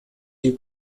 sie